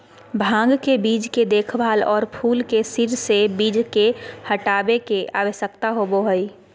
भांग के बीज के देखभाल, और फूल के सिर से बीज के हटाबे के, आवश्यकता होबो हइ